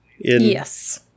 Yes